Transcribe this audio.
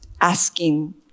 asking